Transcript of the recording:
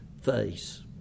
face